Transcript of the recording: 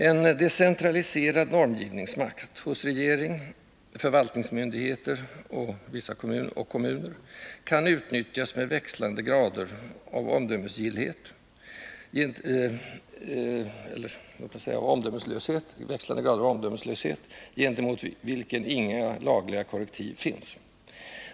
En decentraliserad normgivningsmakt för regering, förvaltningsmyndigheter och kommuner kan utnyttjas med växlande grader av omdömeslöshet, gentemot vilken inga lagliga korrektiv finns.